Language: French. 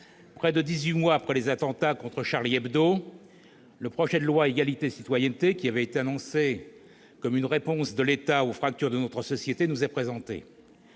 près de dix-huit mois après l'attentat contre, le projet de loi « Égalité et citoyenneté », qui avait été annoncé comme une réponse de l'État aux fractures de notre société, nous est présenté.